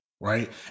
right